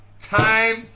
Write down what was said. time